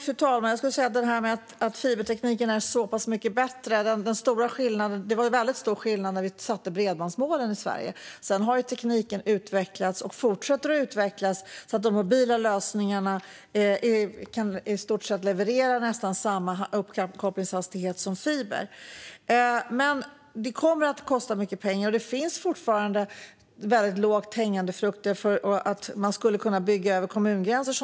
Fru talman! Vad gäller att fibertekniken är så mycket bättre var det väldigt stor skillnad när bredbandsmålen sattes, men sedan har tekniken utvecklats och fortsätter att utvecklas så att de mobila lösningarna kan leverera nästan samma uppkopplingshastighet som fiber. Det kommer att kosta mycket pengar, och det finns fortfarande lågt hängande frukter som att bygga över kommungränser.